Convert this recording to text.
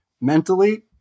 mentally